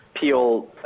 Peel